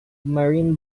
marine